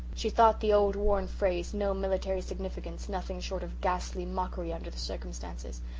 she thought the old worn phrase no military significance nothing short of ghastly mockery under the circumstances,